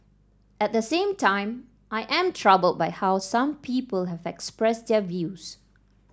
at the same time I am troubled by how some people have expressed their views